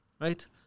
right